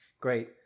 great